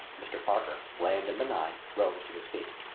mr. parker, bland and benign, rose to his feet.